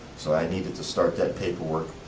so i needed to start that paperwork,